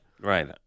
Right